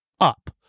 up